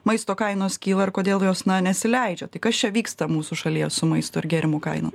maisto kainos kyla ir kodėl jos na nesileidžia tai kas čia vyksta mūsų šalyje su maisto ir gėrimų kainom